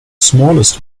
smallest